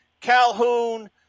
Calhoun